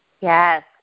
Yes